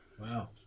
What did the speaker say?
Wow